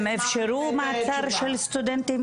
הם אפשרו מעצר של סטודנטים?